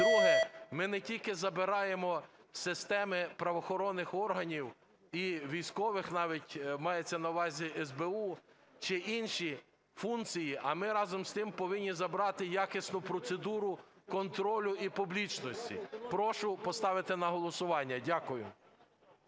Друге. Ми не тільки забираємо системи правоохоронних органів і військових навіть, мається на увазі СБУ, чи інші функції, а ми разом з тим повинні забрати якісну процедуру контролю і публічності. Прошу поставити на голосування. Дякую.